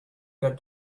got